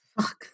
Fuck